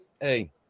Hey